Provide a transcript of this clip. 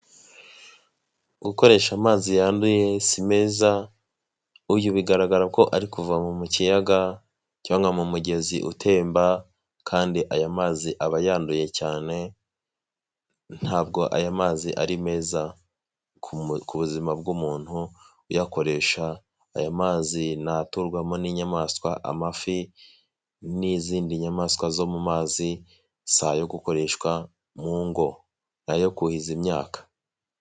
Gukoresha amazi yanduye si meza, uyu bigaragara ko ari kuvoma mu kiyaga cyangwa mu mugezi utemba kandi aya mazi aba yanduye cyane ntabwo aya mazi ari meza ku buzima bw'umuntu uyakoresha, aya mazi ni aturwamo n'inyamaswa, amafi n'izindi nyamaswa zo mu mazi, si ayo gukoreshwa mu ngo, ni ayo kuhiza imyaka.